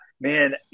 man